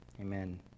Amen